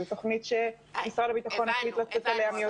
זה תוכנית שמשרד הביטחון החליט לצאת אליה מיוזמתו.